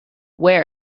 wear